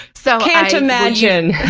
so can't imagine!